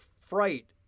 fright